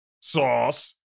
sauce